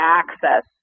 access